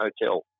hotel